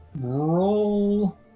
roll